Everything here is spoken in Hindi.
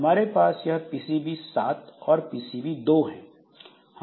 हमारे पास यह पीसीबी 7 और पीसीबी 2 हैं